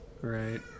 right